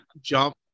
jump